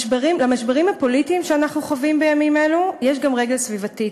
למשברים הפוליטיים שאנחנו חווים בימים אלו יש גם רגל סביבתית,